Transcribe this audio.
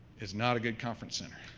it's not a good conference center,